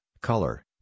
color